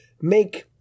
make